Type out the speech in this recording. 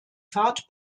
fahrt